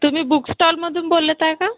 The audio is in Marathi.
तुम्ही बुक स्टॉलमधून बोलत आहे का